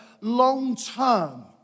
long-term